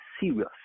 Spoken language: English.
serious